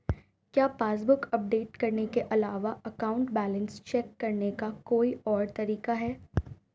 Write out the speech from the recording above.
क्या passbook update करने के अलावा अकाउंट बैलेंस चेक करने का कोई और तरीका है?